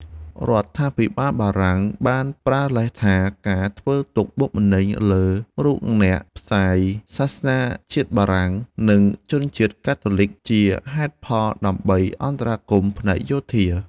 រដ្ឋាភិបាលបារាំងបានប្រើលេសថា ការធ្វើទុក្ខបុកម្នេញលើរូបអ្នកផ្សាយសាសនាជាតិបារាំង និងប្រជាជនកាតូលិកជាហេតុផលដើម្បីអន្តរាគមន៍ផ្នែកយោធា។